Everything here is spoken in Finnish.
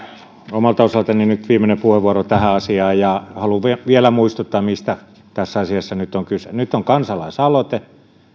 omalta osaltani nyt viimeinen puheenvuoro tähän asiaan ja haluan vielä vielä muistuttaa mistä tässä asiassa nyt on kyse nyt on kansalaisaloite